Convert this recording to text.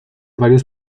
varios